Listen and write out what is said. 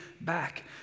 back